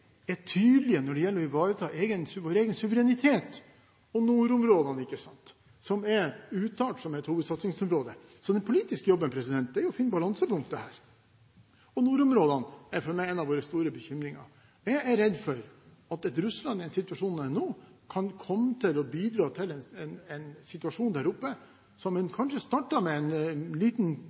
er tydelige når det gjelder å ivareta vår egen suverenitet bl.a. over nordområdene, som er uttalt som et hovedsatsingsområde. Den politiske jobben er å finne balansepunktet her. Nordområdene er for meg en av våre store bekymringer. Jeg er redd for at et Russland i den situasjonen de er i nå, kan komme til å bidra til en situasjon der oppe som kanskje starter med en liten